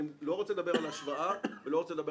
אני לא רוצה לדבר על ההשוואה ולא רוצה לדבר